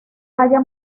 haya